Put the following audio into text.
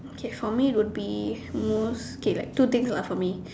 okay for me would be most okay like two things lah for me